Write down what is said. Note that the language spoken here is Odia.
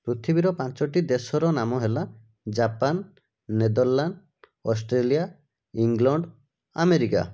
ପୃଥିବୀର ପାଞ୍ଚଟି ଦେଶର ନାମ ହେଲା Japan Netherland Australia England America